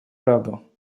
правду